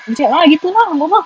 ah gitu lah buat apa